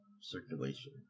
circulation